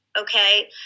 Okay